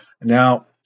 Now